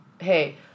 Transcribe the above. hey